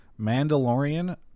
Mandalorian